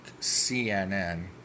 CNN